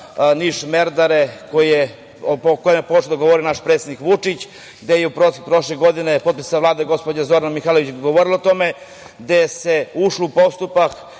Niš-Merdare, o kojem je počeo da govori naš predsednik Vučić, gde je prošle godine potpredsednica Vlade, gospođa Zorana Mihajlović govorila o tome, gde se ušlo u postupak.